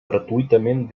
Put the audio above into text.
gratuïtament